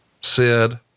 Sid